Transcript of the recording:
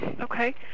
Okay